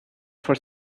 for